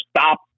stop